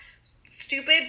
stupid